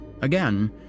Again